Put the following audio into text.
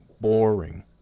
boring